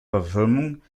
verfilmung